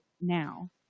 now